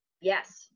Yes